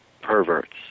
perverts